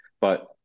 but-